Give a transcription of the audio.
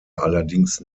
allerdings